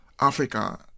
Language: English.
Africa